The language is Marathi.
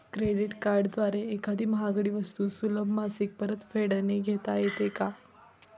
क्रेडिट कार्डद्वारे एखादी महागडी वस्तू सुलभ मासिक परतफेडने घेता येते का?